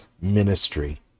ministry